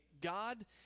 God